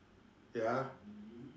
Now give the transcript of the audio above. ya